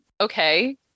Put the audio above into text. Okay